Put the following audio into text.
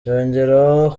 yongeraho